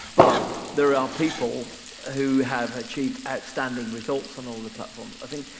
but there are people who have achieved outstanding results on all the platforms. i think,